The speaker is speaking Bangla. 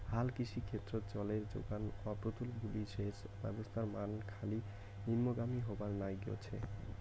হালকৃষি ক্ষেত্রত জলের জোগান অপ্রতুল বুলি সেচ ব্যবস্থার মান খালি নিম্নগামী হবার নাইগছে